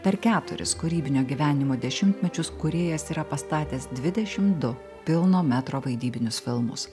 per keturis kūrybinio gyvenimo dešimtmečius kūrėjas yra pastatęs dvidešim du pilno metro vaidybinius filmus